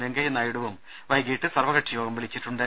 വെങ്കയ്യനായിഡുവും വൈകിട്ട് സർവകക്ഷിയോഗം വിളിച്ചിട്ടുണ്ട്